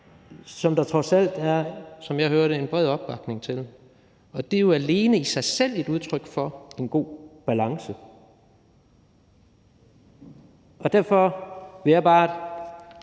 som der trods alt – som jeg hører det – er en bred opbakning til. Og det er jo alene i sig selv et udtryk for en god balance. Derfor vil jeg bare